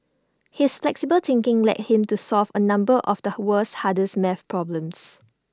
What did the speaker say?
his flexible thinking led him to solve A number of the world's hardest math problems